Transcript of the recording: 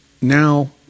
now